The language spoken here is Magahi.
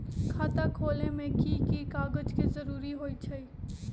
खाता खोले में कि की कागज के जरूरी होई छइ?